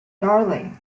darling